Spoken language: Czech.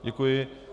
Děkuji.